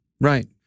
Right